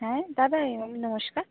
হ্যাঁ দাদা নমস্কার